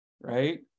right